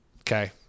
Okay